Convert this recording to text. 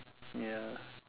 ya